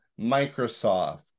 Microsoft